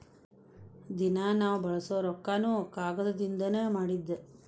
ದಿನಾ ನಾವ ಬಳಸು ರೊಕ್ಕಾನು ಕಾಗದದಿಂದನ ಮಾಡಿದ್ದ